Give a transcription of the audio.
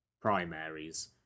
primaries